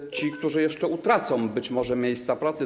Co z tymi, którzy jeszcze utracą być może miejsca pracy?